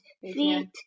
feet